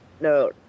no